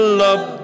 love